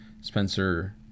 Spencer